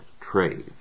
trade